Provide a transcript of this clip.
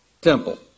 temple